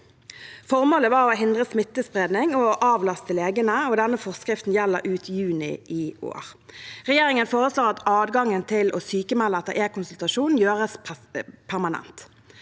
Formålet var å hindre smittespredning og å avlaste legene, og denne forskriften gjelder ut juni i år. Regjeringen foreslår at adgangen til å sykmelde etter e-konsultasjon gjøres permanent.